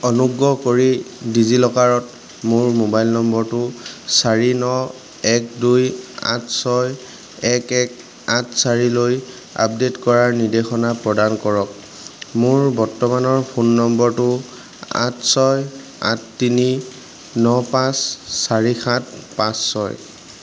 অনুগ্ৰহ কৰি ডিজিলকাৰত মোৰ মোবাইল নম্বৰটো চাৰি ন এক দুই আঠ ছয় এক এক আঠ চাৰিলৈ আপডেট কৰাৰ নিৰ্দেশনা প্ৰদান কৰক মোৰ বৰ্তমানৰ ফোন নম্বৰটো আঠ ছয় আঠ তিনি ন পাঁচ চাৰি সাত পাঁচ ছয়